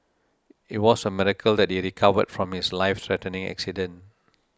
it was a miracle that he recovered from his life threatening accident